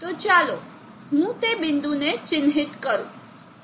તો ચાલો હું તે બિંદુને ચિહ્નિત કરું